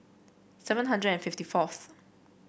seven hundred and fifty fourth